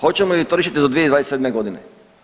Hoćemo li to riješiti do 2027. godine?